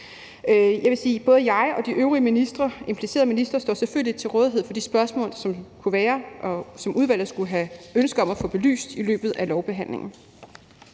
Jeg vil sige, at både jeg og de øvrige implicerede ministre selvfølgelig står til rådighed for de spørgsmål, der kunne være, og som udvalget skulle have et ønske om at få belyst i løbet af lovbehandlingen.